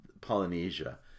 Polynesia